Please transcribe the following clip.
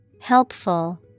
Helpful